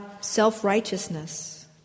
self-righteousness